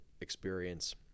experience